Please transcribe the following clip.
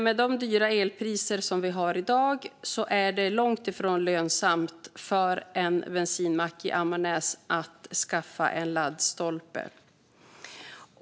Med de dyra elpriser vi har i dag är det långt ifrån lönsamt för en bensinmack i Ammarnäs att skaffa en laddstolpe.